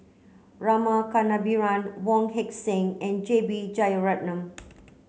Rama Kannabiran Wong Heck Sing and J B Jeyaretnam